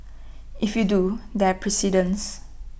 if you do there precedents